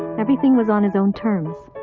everything was on his own terms.